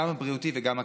גם הבריאותי וגם הכלכלי.